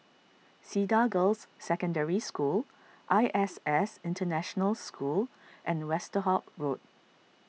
Cedar Girls' Secondary School I S S International School and Westerhout Road